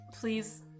Please